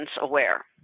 aware